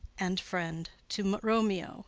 and friend to romeo